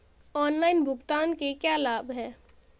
Online भुगतान के क्या लाभ हैं?